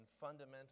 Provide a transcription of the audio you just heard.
fundamental